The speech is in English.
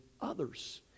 others